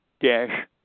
dash